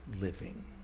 living